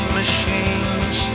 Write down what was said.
machines